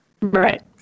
Right